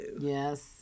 Yes